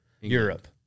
Europe